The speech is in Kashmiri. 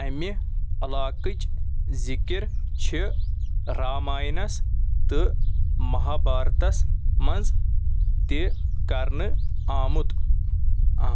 امہِ علاقٕچ ذِکِر چھِ راماینَس تہٕ مہابھارتس منٛز تہِ کرنہٕ آمُت